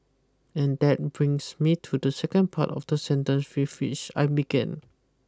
and that brings me to the second part of the sentence feel fish I began